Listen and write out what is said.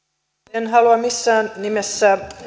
en halua missään nimessä